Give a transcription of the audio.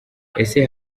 ese